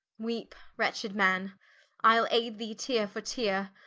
weepe wretched man ile ayde thee teare for teare,